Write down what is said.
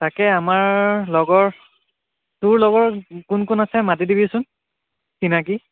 তাকে আমাৰ লগৰ তোৰ লগৰ কোন কোন আছে মাতি দিবিচোন চিনাকী